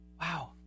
Wow